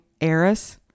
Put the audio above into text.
Eris